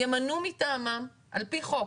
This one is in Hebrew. הם ימנו מטעמם, על פי חוק,